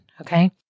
Okay